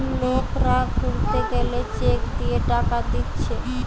লোকরা ঘুরতে গেলে চেক দিয়ে টাকা দিচ্ছে